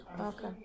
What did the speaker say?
Okay